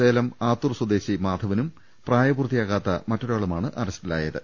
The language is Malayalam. സേലം ആത്തൂർ സ്വദേശി മാധവനും പ്രായപൂർത്തിയാ കാത്ത ഒരാളുമാണ് അറസ്റ്റിലായത്